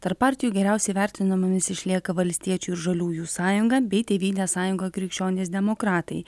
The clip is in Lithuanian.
tarp partijų geriausiai vertinamomis išlieka valstiečių ir žaliųjų sąjunga bei tėvynės sąjunga krikščionys demokratai